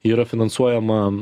yra finansuojama